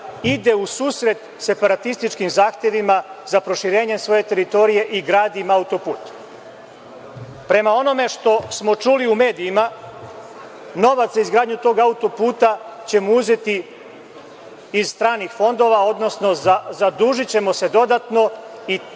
ide u susret separatističkim zahtevima za proširenje svoje teritorije i gradi im autoput? Prema onome što smo čuli u medijima novac za izgradnju tog autoputa ćemo uzeti iz stranih fondova, odnosno zadužićemo se dodatno i